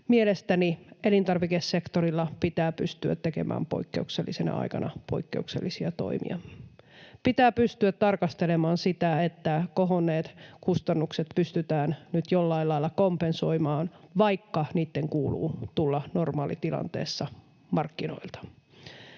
Mielestäni elintarvikesektorilla pitää pystyä tekemään poikkeuksellisena aikana poikkeuksellisia toimia. Pitää pystyä tarkastelemaan sitä, että kohonneet kustannukset pystytään nyt jollain lailla kompensoimaan, vaikka niitten kuuluu tulla normaalitilanteessa markkinoilta.